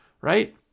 right